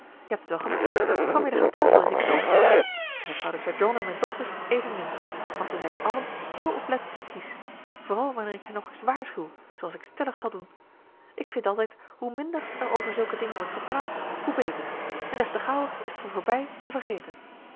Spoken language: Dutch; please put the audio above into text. je hebt het wel gemerkt van middag aan tafel deed ik het ook niet en dat zouden sir john en mijn dochters evenmin want ze zijn allen heel oplettend en kiesch vooral wanneer ik hen nog eens waarschuw zooals ik stellig zal doen ik vind altijd hoe minder er over zulke dingen wordt gepraat hoe beter en des te gauwer is t weer voorbij en vergeten